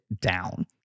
down